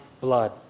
blood